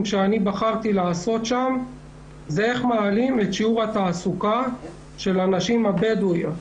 שבחרתי לעשות שם הוא על איך מעלים את שיעור התעסוקה של הנשים הבדואיות.